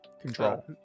control